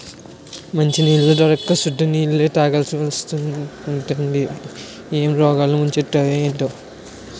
మంచినీళ్లు దొరక్క సుద్ద నీళ్ళే తాగాలిసివత్తాంది ఏం రోగాలు ముంచుకొత్తయే ఏటో